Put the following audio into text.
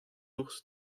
ours